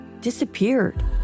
disappeared